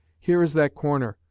here is that corner,